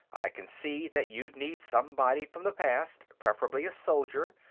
i can see that you'd need somebody from the past, preferably a soldier,